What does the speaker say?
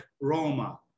Roma